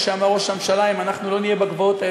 אנחנו נמשיך לבנות,